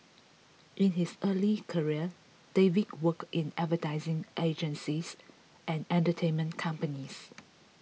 in his early career David worked in advertising agencies and entertainment companies